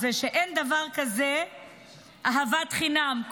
שאין דבר כזה אהבת חינם.